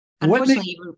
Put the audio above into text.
unfortunately